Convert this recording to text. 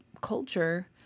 culture